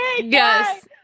Yes